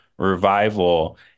Revival